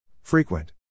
Frequent